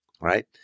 right